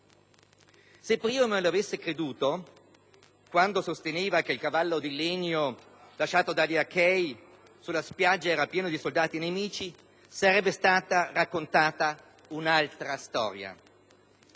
Se Priamo le avesse creduto quando sosteneva che il cavallo di legno lasciato dagli Achei sulla spiaggia era pieno di soldati nemici, sarebbe stata raccontata un'altra storia.